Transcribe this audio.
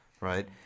right